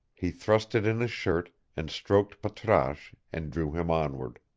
he thrust it in his shirt, and stroked patrasche and drew him onward.